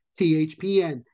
THPN